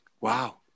Wow